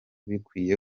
bikwiye